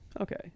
Okay